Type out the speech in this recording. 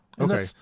Okay